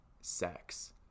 sex